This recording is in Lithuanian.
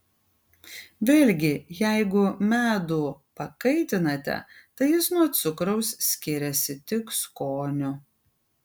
vėlgi jeigu medų pakaitinate tai jis nuo cukraus skiriasi tik skoniu